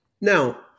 Now